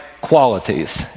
qualities